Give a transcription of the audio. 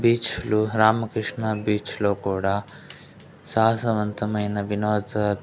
బీచ్లు రామకృష్ణ బీచ్ లో కూడా సాహసవంతమైన వినోదాత్